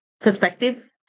perspective